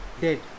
dead